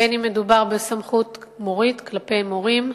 אם מדובר בסמכות מורית, כלפי מורים,